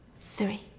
three